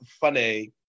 funny